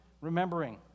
remembering